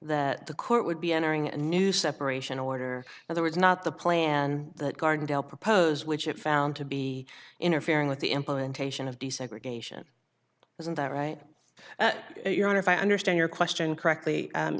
that the court would be entering a new separation order and that was not the plan that gardendale proposed which it found to be interfering with the implementation of desegregation isn't that right your honor if i understand your question correctly